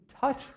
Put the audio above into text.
touch